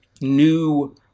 new